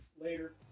later